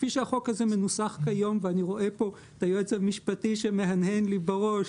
ואני רואה את היועץ המשפטי שמהנהן לי בראש.